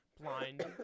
blind